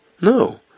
No